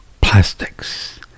plastics